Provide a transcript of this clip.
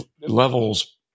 levels